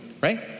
Right